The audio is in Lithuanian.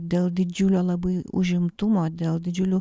dėl didžiulio labai užimtumo dėl didžiulių